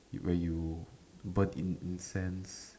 where you burn incense